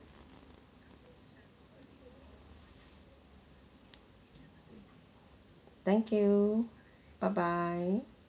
thank you bye bye